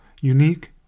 unique